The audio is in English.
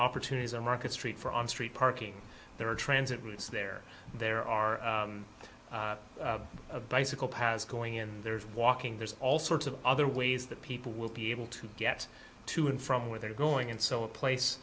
opportunities on market street for on street parking there are transit routes there there are a bicycle paths going in there is walking there's all sorts of other ways that people will be able to get to and from where they're going and so a place